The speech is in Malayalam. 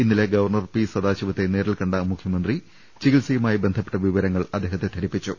ഇന്നലെ ഗവർണർ പി സദാശിവത്തെ നേരിൽ കണ്ട മുഖ്യമന്ത്രി ചികിത്സയുമായി ബന്ധപ്പെട്ട വിവരങ്ങൾ അദ്ദേഹത്തെ ധരിപ്പിച്ചു